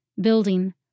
building